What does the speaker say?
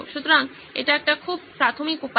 সুতরাং এটি একটি খুব প্রাথমিক উপায়